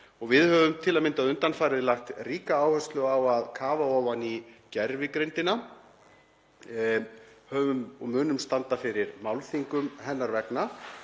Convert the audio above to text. Við höfum til að mynda undanfarið lagt ríka áherslu á að kafa ofan í gervigreindina. Við höfum og munum standa fyrir málþingum hennar vegna